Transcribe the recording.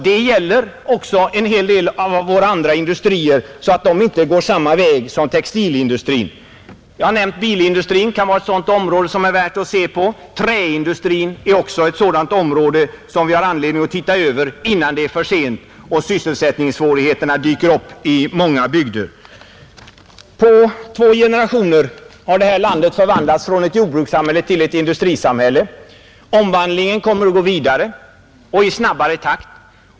Det gäller många av våra industrier, för att de inte skall gå samma väg som textilindustrin. Jag har nämnt bilindustrin — den kan vara ett sådant område som är värt att se på. Träindustrin är ett annat område, där vi av olika skäl har anledning att titta över förhållandena innan det är för sent och sysselsättningssvårigheter dykt upp i många bygder. På två generationer har det här landet förvandlats från ett jordbrukssamhälle till ett industrisamhälle. Omvandlingen kommer att gå vidare och i snabbare takt.